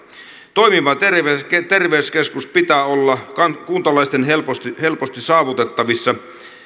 toimivan terveyskeskuksen terveyskeskuksen pitää olla kuntalaisten helposti helposti saavutettavissa